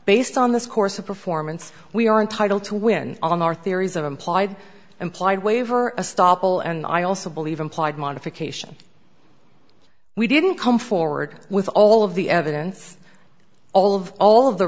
based on this course of performance we are entitled to win on our theories of implied implied waiver stoppel and i also believe implied modification we didn't come forward with all of the evidence all of all of the